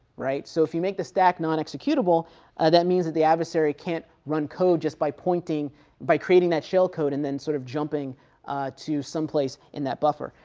right. so if you make the stack non-executable that means that the adversary can't run code just by pointing by creating that shell code and then sort of jumping to someplace in that buffer.